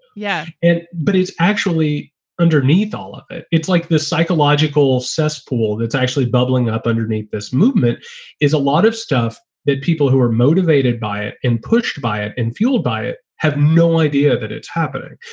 yeah. but it's actually underneath all of it. it's like this psychological cesspool that's actually bubbling up underneath this movement is a lot of stuff that people who are motivated by it and pushed by it and fueled by it have no idea that it's happening,